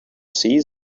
season